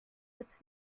als